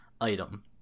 item